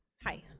hi,